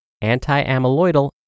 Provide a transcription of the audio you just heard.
anti-amyloidal